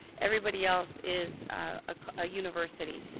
everybody else is a university.